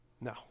No